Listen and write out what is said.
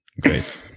great